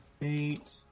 eight